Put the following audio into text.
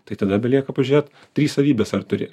tai tada belieka pažiūrėt trys savybės ar turi